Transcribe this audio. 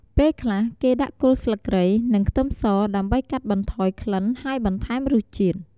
ពេលខ្លះគេដាក់គល់ស្លឹកគ្រៃ និងខ្ទឹមសដើម្បីកាត់បន្ថយក្លិនហើយបន្ថែមរសជាតិ។